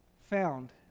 found